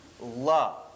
love